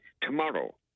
tomorrow